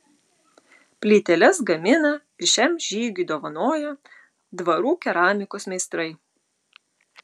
plyteles gamina ir šiam žygiui dovanoja dvarų keramikos meistrai